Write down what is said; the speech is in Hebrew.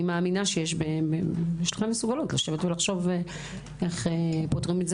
אני מאמינה שיש מסוגלות לשבת ולחשוב איך פותרים את זה.